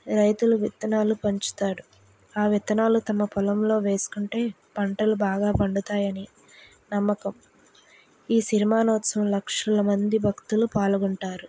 రైతులు విత్తనాలు పంచుతాడు ఆ విత్తనాలు తమ పొలంలో వేసుకుంటే పంటలు బాగా పండుతాయి అని నమ్మకం ఈ సిరిమానోత్సవం లక్షల మంది భక్తులు పాల్గొంటారు